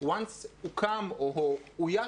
ברגע שאויש